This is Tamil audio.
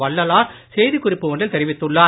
வள்ளளார் செய்தி குறிப்பு ஒன்றில் தெரிவித்துள்ளார்